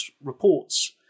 reports